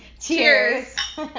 Cheers